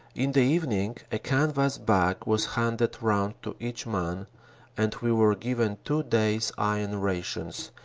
in the evening a canvas bag was handed round to each man and we were given two days iron rations,